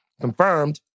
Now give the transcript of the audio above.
confirmed